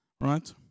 right